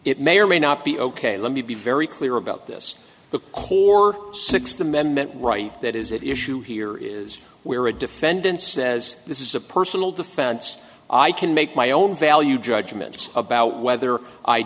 it may or may not be ok let me be very clear about this because your sixth amendment right that is at issue here is where a defendant says this is a personal defense i can make my own value judgments about whether i